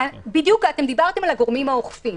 דיברתם על הגורמים האוכפים.